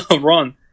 run